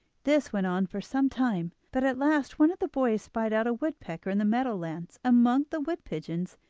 this went on for some time, but at last one of the boys spied out a woodpecker in the meadow-lands among the wood-pigeons,